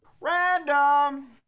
random